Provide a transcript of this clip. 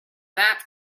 that